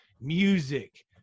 music